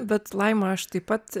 bet laima aš taip pat